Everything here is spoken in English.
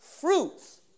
fruits